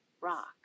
rock